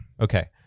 okay